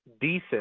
decent